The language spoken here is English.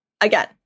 Again